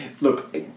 Look